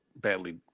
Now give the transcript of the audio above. badly